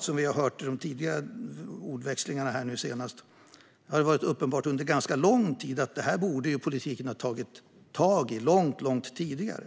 Som vi har hört i tidigare ordväxlingar i debatten har det egentligen varit uppenbart under ganska lång tid att politiken borde ha tagit i detta långt tidigare.